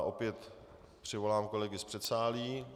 Opět přivolám kolegy z předsálí.